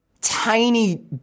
tiny